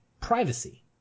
privacy